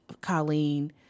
Colleen